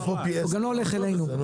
הוא גם לא הולך אלינו,